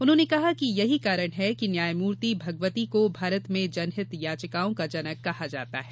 उन्होंने कहा कि यही कारण है कि न्यायमूर्ति भगवती को भारत में जनहित याचिकाओं का जनक कहा जाता है